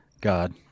god